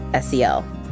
SEL